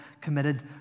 committed